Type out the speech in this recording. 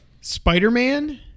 Spider-Man